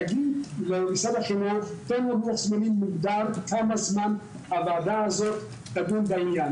תגיד למשרד החינוך תן לוח זמנים מוגדר כמה זמן הוועדה הזאת תדון בעניין,